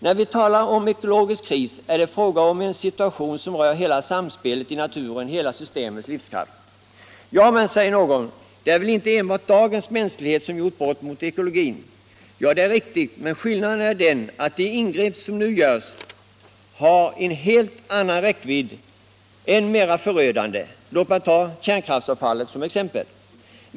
När vi talar om ekologisk kris är det fråga om en situation, som rör hela samspelet i naturen — hela systemets livskraft. Men, säger någon, det är väl inte enbart dagens mänsklighet som har begått brott mot ekologin? Ja, det är riktigt. Men skillnaden är den att de ingrepp som nu görs har en helt annan räckvidd - än mer förödande. Låt mig ta kärnkraftsavfallet som exempel.